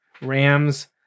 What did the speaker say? Rams